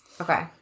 Okay